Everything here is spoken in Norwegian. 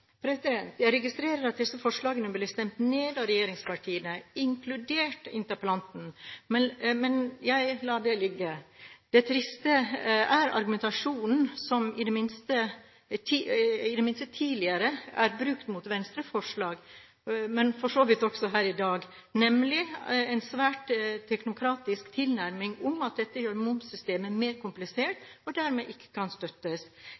Jeg registrerte at disse forslagene ble stemt ned av regjeringspartiene, inkludert interpellanten, men skal la det ligge. Det triste er argumentasjonen som – i det minste tidligere, men for så vidt også her i dag – er brukt mot Venstres forslag, nemlig en svært teknokratisk tilnærming om at dette gjør momssystemet mer komplisert, og dermed ikke kan støttes.